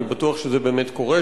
אני בטוח שזה באמת קורה,